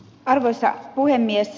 arvoisa puhemies